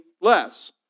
less